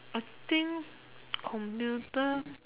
I think computer